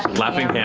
laughing